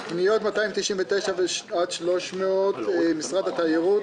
רוויזיה על פניות מס' 264 267 המשרד להגנת הסביבה.